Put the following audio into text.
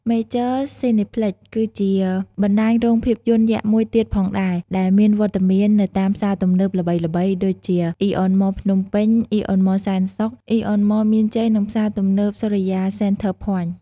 មេចឺ ស៊ីណេផ្លិច (Major Cineplex) ក៏ជាបណ្តាញរោងភាពយន្តយក្សមួយទៀតផងដែរ ដែលមានវត្តមាននៅតាមផ្សារទំនើបល្បីៗដូចជា អ៊ីអនមល ភ្នំពេញ, អ៊ីអនមលសែនសុខ, អ៊ីអនមលមានជ័យ និង ផ្សារទំនើបសូរិយា សេនធើ ភ័ញធ៍ (Sorya Center Point)។